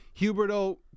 Huberto